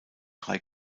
drei